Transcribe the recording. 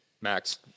Max